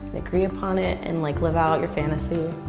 agree upon it, and like live out your fantasy.